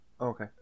okay